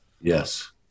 Yes